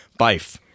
Bife